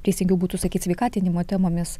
teisingiau būtų sakyt sveikatinimo temomis